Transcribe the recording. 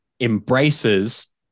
embraces